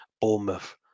Bournemouth